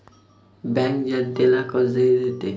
bank जनतेला कर्जही देते